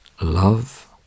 Love